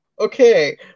Okay